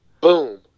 boom